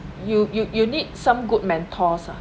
you you you need some good mentors ah